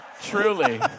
Truly